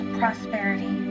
prosperity